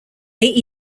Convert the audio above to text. eight